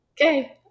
Okay